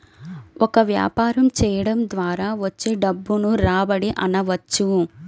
ఒక వ్యాపారం చేయడం ద్వారా వచ్చే డబ్బును రాబడి అనవచ్చు